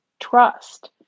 trust